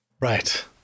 Right